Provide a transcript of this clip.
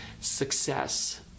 success